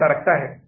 यह 1530 डॉलर है